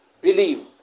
believe